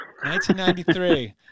1993